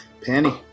Penny